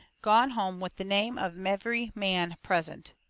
gone home with the name of every man present.